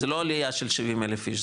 זה לא עלייה של 70,000 איש,